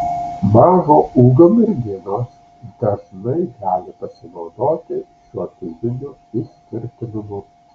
mažo ūgio merginos dažnai gali pasinaudoti šiuo fiziniu išskirtinumu